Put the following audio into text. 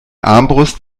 armbrust